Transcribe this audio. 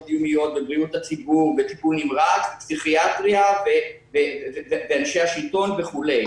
זיהומיות ובריאות הציבור וטיפול נמרץ ופסיכיאטריה ואנשי השלטון וכולי.